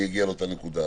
אני אגיע לאותה נקודה,